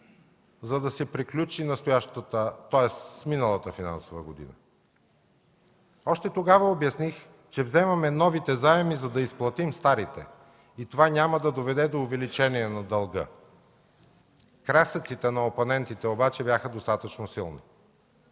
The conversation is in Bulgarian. за да се приключи миналата финансова година. Още тогава обясних, че вземаме новите заеми, за да изплатим старите и това няма да доведе до увеличение на дълга. Крясъците на опонентите обаче бяха достатъчно силни.